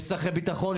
יש צורכי ביטחון,